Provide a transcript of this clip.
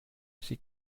sie